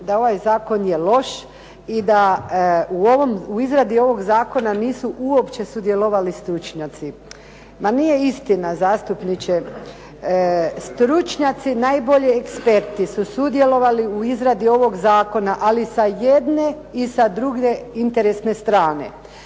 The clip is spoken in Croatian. je ovaj zakon loš i da u izradi ovog zakona nisu uopće sudjelovali stručnjaci. Ma nije istina zastupniče. Stručnjaci i najbolji eksperti su sudjelovali u izradi ovog zakona ali i sa jedne i sa druge interesne strane.